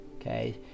okay